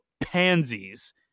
pansies